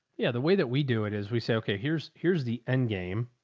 yeah, the way that we do it is we say, okay, here's, here's the end game.